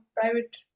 private